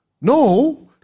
No